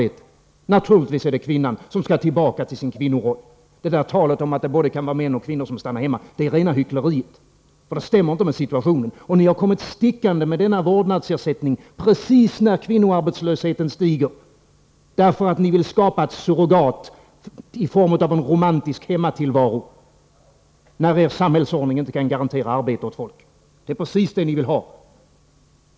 Naturligtvis är det kvinnan som skall tillbaka till sin kvinnoroll. Talet om att både män och kvinnor kan stanna hemma är rena hyckleriet! Det stämmer inte med situationen. Ni har kommit stickande med denna vårdnadsersättning precis när kvinnoarbetslösheten stiger, därför att ni vill skapa ett surrogat i form av en romantisk hemmatillvaro när er samhällsordning inte kan garantera arbete åt folk — det är precis det ni vill ha.